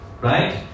right